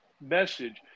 message